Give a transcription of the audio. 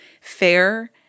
fair